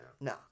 No